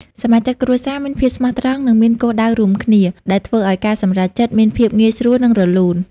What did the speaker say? សមាជិកគ្រួសារមានភាពស្មោះត្រង់នឹងមានគោលដៅរួមគ្នា ដែលធ្វើឱ្យការសម្រេចចិត្តមានភាពងាយស្រួល និងរលូន។